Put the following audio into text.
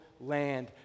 land